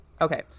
Okay